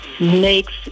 makes